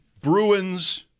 Bruins